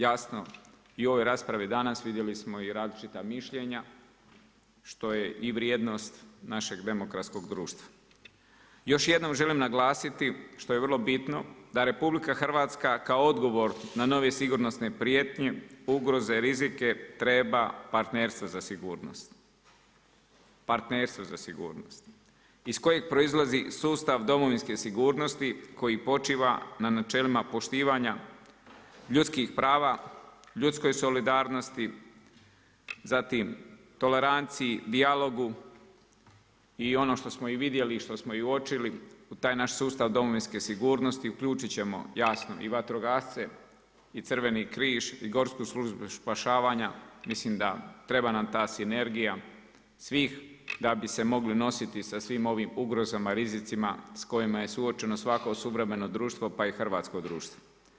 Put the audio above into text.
Jasno i u ovoj raspravi danas vidjeli smo i različita mišljenja što je vrijednost našeg demokratskog društva. još jednom želim naglasiti što je vrlo bitno da RH kao odgovor na nove sigurnosne prijetnje, ugroze, rizike treba partnerstvo za sigurnost iz kojeg proizlazi sustav domovinske sigurnosti koji počiva na načelima poštivanja ljudskih prava, ljudskoj solidarnosti, zatim toleranciji, dijalogu i ono što smo i vidjeli i uočili u taj naš sustav Domovinske sigurnosti uključit ćemo jasno i vatrogasce i Crveni križ i Gorsku službu spašavanja, mislim da treba nam ta sinergija svih da bi se mogli nositi sa svim ovim ugrozama i rizicima s kojima je suočeno svako suvremeno društvo, pa i hrvatsko društvo.